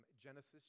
Genesis